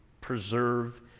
preserve